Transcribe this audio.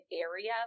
area